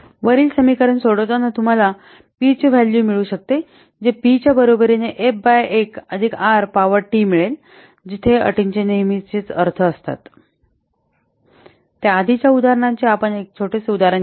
वरील समीकरण सोडवताना तुम्हाला पी चे व्हॅल्यू मिळू शकते जे P च्या बरोबरीने F बाय 1 अधिक आर पॉवर टी मिळेल जिथे अटींचे नेहमीचे अर्थ असतात त्या आधीच्या उदाहरणाचे आपण एक छोटेसे उदाहरण घेऊ